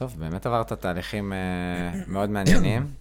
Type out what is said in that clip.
טוב באמת עברת תהליכים מאוד מעניינים.